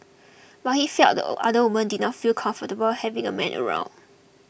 but he felt the other women did not feel comfortable having a man around